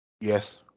Yes